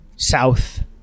South